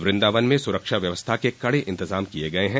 वृन्दावन में सुरक्षा व्यवस्था के कड़े इंतजाम किये गये है